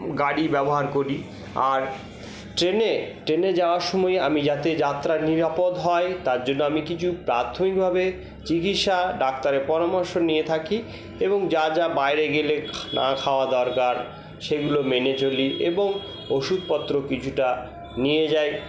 গাড়ি ব্যবহার করি আর ট্রেনে ট্রেনে যাওয়ার সময় আমি যাতে যাত্রা নিরাপদ হয় তার জন্য আমি কিছু প্রাথমিকভাবে চিকিৎসা ডাক্তারের পরামর্শ নিয়ে থাকি এবং যা যা বাইরে গেলে খাওয়া দরকার সেগুলো মেনে চলি এবং ওষুধপত্র কিছুটা নিয়ে যাই